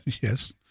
Yes